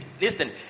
listen